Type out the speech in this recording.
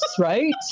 right